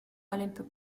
olympic